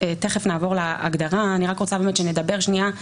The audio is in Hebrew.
הסעיף הזה מדבר על